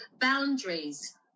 boundaries